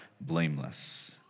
blameless